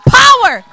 power